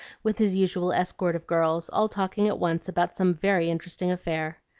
with his usual escort of girls, all talking at once about some very interesting affair.